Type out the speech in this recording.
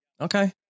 okay